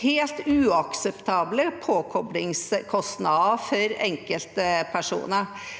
helt uakseptable påkoblingskostnader for enkeltpersoner.